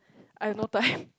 I've no time